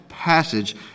passage